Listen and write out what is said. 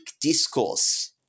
discourse